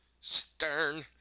stern